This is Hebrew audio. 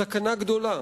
סכנה גדולה.